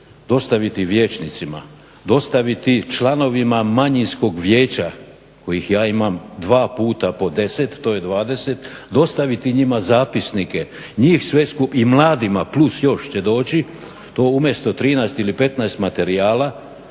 dostaviti vijećnicima, dostaviti članovima manjinskog vijeća kojih ja imam dva puta po 10, to je 20, dostaviti njima zapisnike i mladima plus još … to umjesto 13 ili 15 materijala